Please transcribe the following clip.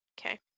Okay